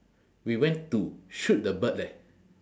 we went to shoot the bird leh